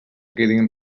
quedin